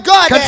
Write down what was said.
God